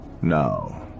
No